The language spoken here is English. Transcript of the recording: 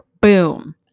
boom